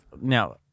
Now